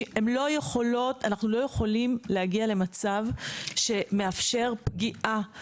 אנחנו לא יכולים להגיע למצב שמאפשר פגיעה.